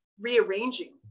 rearranging